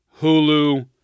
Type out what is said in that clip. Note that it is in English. Hulu